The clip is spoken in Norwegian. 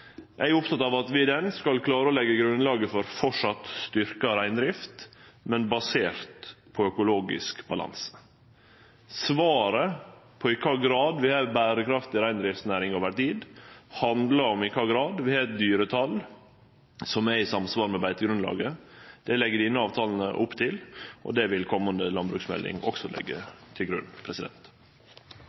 Eg er oppteken av at vi skal klare å leggje grunnlaget for framleis styrkt reindrift, men basert på økologisk balanse. Svaret på i kva grad vi har ei berekraftig reindriftsnæring over tid, handlar om i kva grad vi har eit dyretal som er i samsvar med beitegrunnlaget. Det legg denne avtalen opp til, og det vil komande landbruksmelding også leggje til grunn.